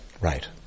Right